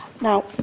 Now